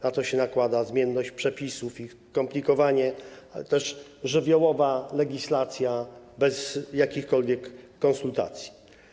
Na to nakłada się zmienność przepisów, ich komplikowanie, ale też żywiołowa legislacja bez jakichkolwiek konsultacji.